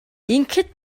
ингэхэд